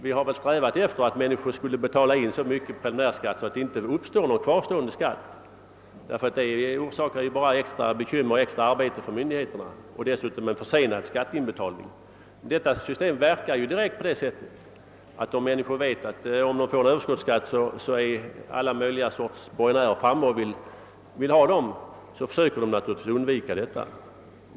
Vi har ju strävat efter att människor skulle betala in så mycket preliminär skatt att det inte uppstår någon kvarstående skatt, vilket orsakar extra bekymmer och extra arbete för myndigheterna och dessutom försenad skatteinbetalning. Men när systemet verkar på det sättet att alla möjliga slag av borgenärer är framme och vill ha de pengar som man får tillbaka i form av överskottsskatt, försöker man undvika sådan skatt.